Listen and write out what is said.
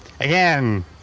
again